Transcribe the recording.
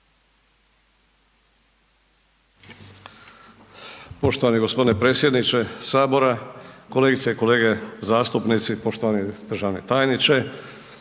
Poštovani gospodine predsjedniče sabora, kolegice i kolege zastupnici, poštovani državni tajniče,